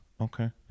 Okay